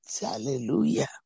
Hallelujah